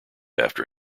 after